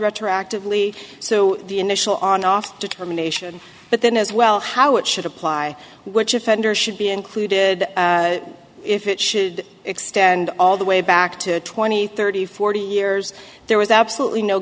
retroactively so the initial on off determination but then as well how it should apply which offenders should be included if it should extend all the way back to twenty thirty forty years there was absolutely no